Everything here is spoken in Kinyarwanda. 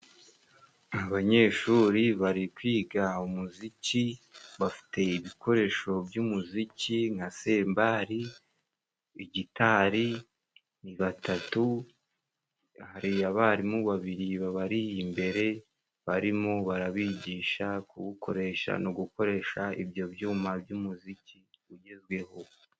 Abanyeshuri bari kwiga umuziki, bafite ibikoresho by'umuziki, nka sembari, igitari, ni batatu, hari abarimu babiri babari imbere, barimo barabigisha kuwukoresha no gukoresha ibyo byuma by'umuziki ugezweho.